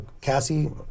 Cassie